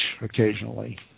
occasionally